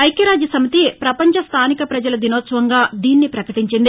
ఐక్యరాజ్యసమితి ప్రపంచ స్టానిక ప్రజల దినోత్సవంగా దీనిని ప్రకటించింది